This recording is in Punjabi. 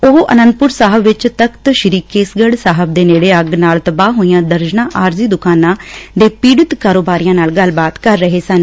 ਉਹ ਅਨੰਦਪੁਰ ਸਾਹਿਬ ਵਿਚ ਤਖਤ ਸ੍ੀ ਕੇਸਗੜ੍ ਸਾਹਿਬ ਦੇ ਨੇੜੇ ਅੱਗ ਨਾਲ ਤਬਾਹ ਹੋਈਆਂ ਦਰਜਨਾਂ ਆਰਜ਼ੀ ਦੁਕਾਨਾਂ ਦੇ ਪੀੜਤ ਕਾਰੋਬਾਰੀਆਂ ਨਾਲ ਗੱਲਬਾਤ ਕਰ ਰਹੇ ਸਨ